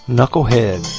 Knucklehead